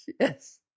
Yes